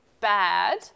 bad